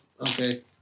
Okay